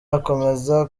akomeza